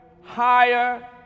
higher